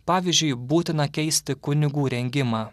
pavyzdžiui būtina keisti kunigų rengimą